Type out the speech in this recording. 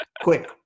quick